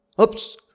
Oops